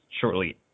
shortly